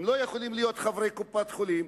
הם לא יכולים להיות חברי קופת-חולים,